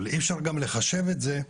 אבל אי אפשר גם לחשב את זה,